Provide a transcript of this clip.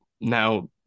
now